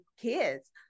kids